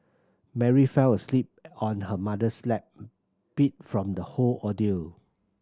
Mary fell asleep on her mother's lap beat from the whole ordeal